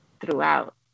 throughout